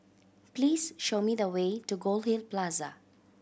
please show me the way to Goldhill Plaza